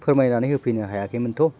फोरमायनानै होफैनो हायाखैमोनथ'